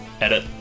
Edit